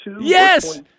Yes